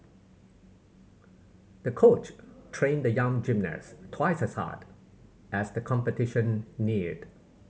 the coach trained the young gymnast twice as hard as the competition neared